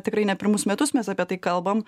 tikrai ne pirmus metus mes apie tai kalbam